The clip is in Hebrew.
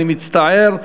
אני מצטער.